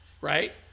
right